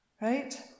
Right